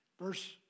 verse